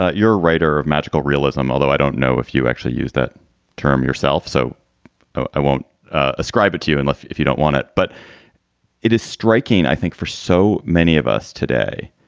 ah you're a writer of magical realism. although i don't know if you actually use that term yourself, so i won't ascribe it to you. and like if you don't want it. but it is striking, i think, for so many of us today.